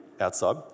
outside